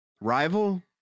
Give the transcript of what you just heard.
rival